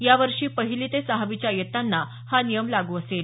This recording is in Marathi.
यावर्षी पहिली ते सहावीच्या इयत्तांना हा नियम लागू असेल